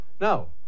no